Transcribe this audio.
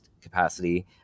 capacity